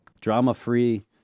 drama-free